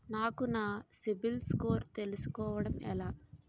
నాకు నా CIBIL score తెలుసుకోవడం ఎలా?